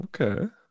Okay